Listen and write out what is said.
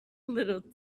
little